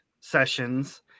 sessions